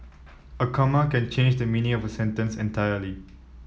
a comma can change the meaning of a sentence entirely